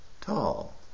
tall